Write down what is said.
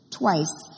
twice